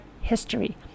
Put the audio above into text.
history